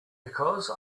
because